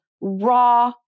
raw